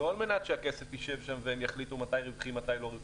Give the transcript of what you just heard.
לא על מנת שהכסף ישב שם והם יחליטו מתי רווחי להן ומתי לא.